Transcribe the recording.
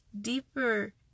deeper